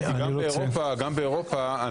גם באירופה,